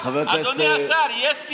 השר, חבר הכנסת, אדוני השר, יש סיבה.